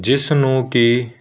ਜਿਸ ਨੂੰ ਕਿ